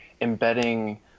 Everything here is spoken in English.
embedding